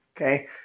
Okay